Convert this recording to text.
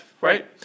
Right